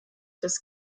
des